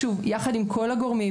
יחד עם כל הגורמים,